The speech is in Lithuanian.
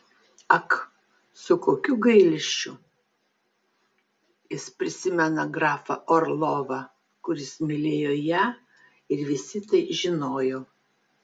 ak su kokiu gailesčiu ji prisimena grafą orlovą kuris mylėjo ją ir visi tai žinojo